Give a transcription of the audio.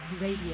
Radio